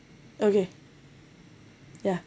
okay ya